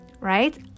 Right